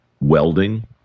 welding